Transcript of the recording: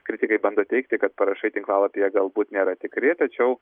kritikai bando teigti kad parašai tinklalapyje galbūt nėra tikri tačiau